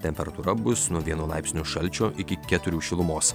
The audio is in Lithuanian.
temperatūra bus nuo vieno laipsnio šalčio iki keturių šilumos